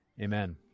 Amen